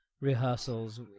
rehearsals